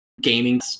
gaming